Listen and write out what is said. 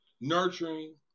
nurturing